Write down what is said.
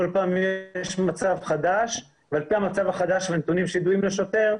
כל פעם יש מצב חדש ועל פי המצב החדש והנתונים הידועים לשוטר,